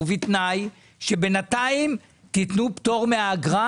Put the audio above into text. ובתנאי שבינתיים תתנו פטור מהאגרה,